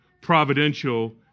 providential